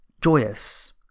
joyous